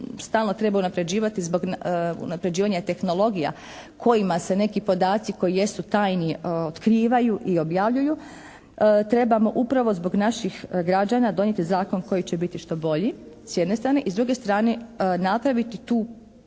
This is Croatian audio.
stalno treba unapređivati zbog unapređivanja tehnologija kojima se neki podaci koji jesu tajni otkrivaju i objavljuju trebamo upravo zbog naših građana donijeti zakon koji će biti što bolji s jedne strane. I s druge strane napraviti tu razumnu